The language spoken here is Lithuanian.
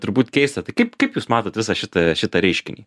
turbūt keista tai kaip kaip jūs matot visą šitą šitą reiškinį